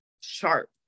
sharp